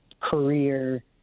career